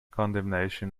condemnation